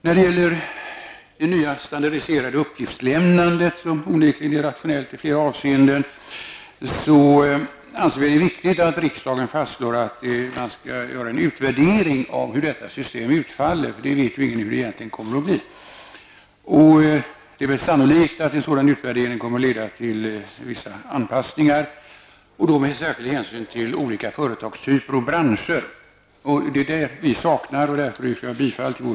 När det gäller det nya standardiserade uppgiftslämnandet, som onekligen är rationellt i flera avseenden, anser vi att det är viktigt att riksdagen fastslår att man skall göra en utvärdering av hur detta system utfaller. Vi vet nu inte hur det egentligen kommer att bli. Det är väl sannolikt att en sådan utvärdering kommer att leda till vissa anpassningar, med särskild hänsyn till olika företagstyper och branscher. Detta saknar vi. Jag yrkar därför bifall till reservation nr 22.